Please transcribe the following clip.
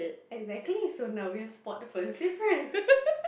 exactly so now we have spot the first difference